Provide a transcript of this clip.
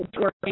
working